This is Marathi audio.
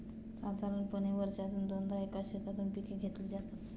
साधारणपणे वर्षातून दोनदा एकाच शेतातून पिके घेतली जातात